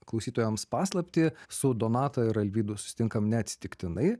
klausytojams paslaptį su donata ir alvydu susitinkam neatsitiktinai